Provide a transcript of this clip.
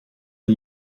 per